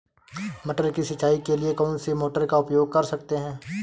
मटर की सिंचाई के लिए कौन सी मोटर का उपयोग कर सकते हैं?